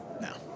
No